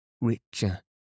richer